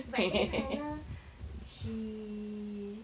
but then hannah she